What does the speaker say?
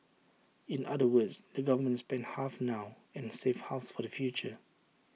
in other words the government spends half now and saves half for the future